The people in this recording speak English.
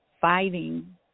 fighting